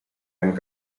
and